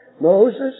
Moses